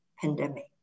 pandemic